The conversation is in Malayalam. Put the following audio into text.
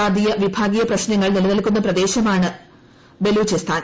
ജാതീയ വിഭാഗീയ പ്രശ്നങ്ങൾ നിലനിൽക്കുന്ന പ്രദേശമാണ് ബലുചിസ്ഥാൻ